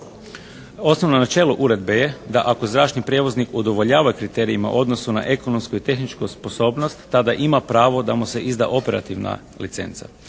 Osnovno načelo uredbe je da ako zračni prijevoznik udovoljava kriterijima u odnosu na ekonomsku i tehničku sposobnost tada ima pravo da mu se izda operativna licenca.